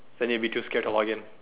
then you would be too scared to log in